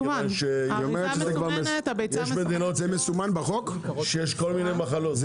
כי יש מדינות שיש כל מיני מחלות.